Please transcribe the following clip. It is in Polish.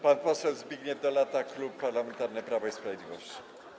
Pan poseł Zbigniew Dolata, Klub Parlamentarny Prawo i Sprawiedliwość.